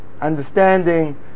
Understanding